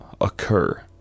occur